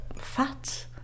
fat